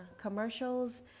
commercials